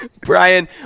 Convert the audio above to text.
Brian